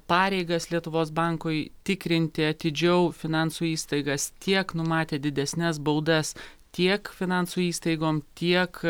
pareigas lietuvos bankui tikrinti atidžiau finansų įstaigas tiek numatė didesnes baudas tiek finansų įstaigom tiek